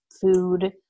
food